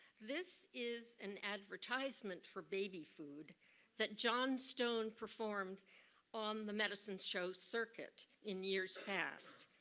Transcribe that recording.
this is an advertisement for baby food that john stone performed on the medicine show circuit in years past.